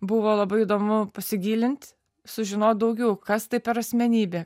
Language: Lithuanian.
buvo labai įdomu pasigilint sužinot daugiau kas tai per asmenybė